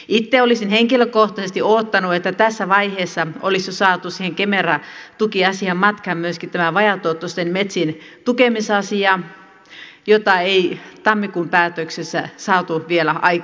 itse olisin henkilökohtaisesti odottanut että tässä vaiheessa olisi jo saatu kemera tukiasiaan matkaan myöskin vajaatuottoisten metsien tukemisasia jota ei tammikuun päätöksessä saatu vielä aikaiseksi